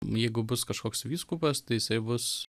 jeigu bus kažkoks vyskupas tai jisai bus